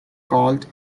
called